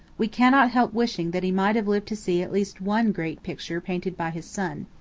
we cannot help wishing that he might have lived to see at least one great picture painted by his son.